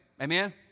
Amen